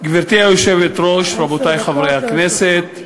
גברתי היושבת-ראש, רבותי חברי הכנסת,